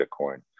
bitcoin